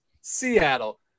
Seattle